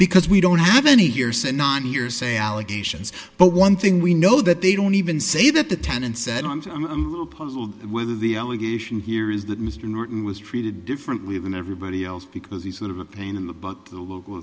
because we don't have any years and nine years say allegations but one thing we know that they don't even say that the tenant said i'm puzzled whether the allegation here is that mr norton was treated differently than everybody else because he's sort of a pain in the but the local